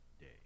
Day